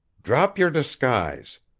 drop your disguise.